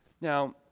Now